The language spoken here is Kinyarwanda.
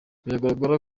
biragaragara